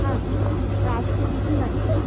আচ্ছা ঠিক আছে আর আজকে টিউশন যাবে তো